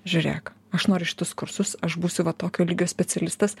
žiūrėk aš noriu šituos kursus aš būsiu va tokio lygio specialistas